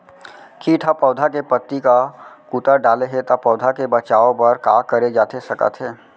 किट ह पौधा के पत्ती का कुतर डाले हे ता पौधा के बचाओ बर का करे जाथे सकत हे?